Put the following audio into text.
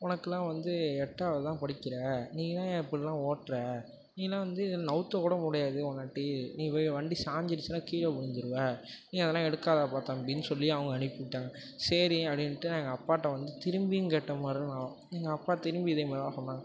உனக்குலாம் வந்து எட்டாவது தான் படிக்கிறே நீயெலாம் ஏன் இப்பட்லாம் ஓட்டுறே நீயெலாம் வந்து நகத்த கூட முடியாது உன்னாட்டி நீ போய் வண்டி சாய்ஞ்சுருச்சினா கீழே விழுந்துருவ நீ அதெலாம் எடுக்காதப்பா தம்பினு சொல்லி அவங்க அனுப்பி விட்டாங்க சரி அப்படின்ட்டு நான் எங்கள் அப்பாகிட்ட வந்து திரும்பியும் கேட்டேன் மறுநாளும் எங்கள் அப்பா திரும்பி இதே மாதிரிதான் சொன்னாங்க